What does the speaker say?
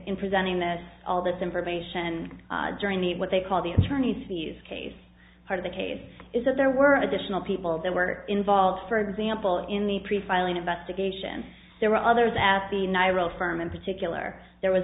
in presenting that all this information during the what they call the attorney's fees case part of the case is that there were additional people that were involved for example in the pre filing investigation there were others as the nairo firm in particular there was